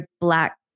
black